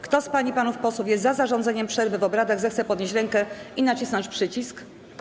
Kto z pań i panów posłów jest za zarządzeniem przerwy w obradach, zechce podnieść rękę i nacisnąć przycisk.